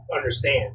understand